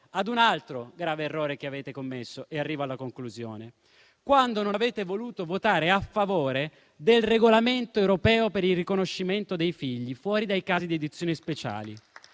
ad un altro grave errore che avete commesso - e arrivo alla conclusione - quando non avete voluto votare a favore del regolamento europeo per il riconoscimento dei figli fuori dai casi di adozioni speciali.